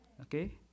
okay